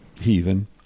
heathen